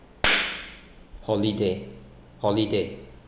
holiday holiday